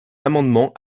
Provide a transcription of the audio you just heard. amendement